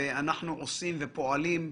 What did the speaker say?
אנחנו עושים ופועלים.